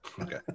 Okay